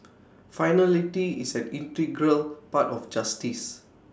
finality is an integral part of justice